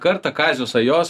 kartą kazio sajos